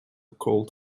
called